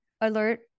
alert